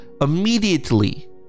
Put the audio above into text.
immediately